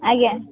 ଆଜ୍ଞା